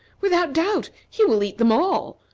without doubt, he will eat them all.